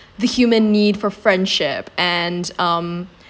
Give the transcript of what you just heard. the human need for friendship and um